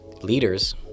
leaders